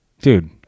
Dude